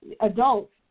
adults